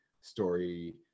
story